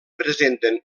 presenten